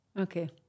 Okay